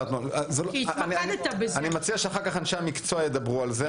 אני מציע שאחר כך אנשי המקצוע ידברו על זה.